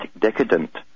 decadent